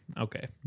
okay